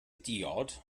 diod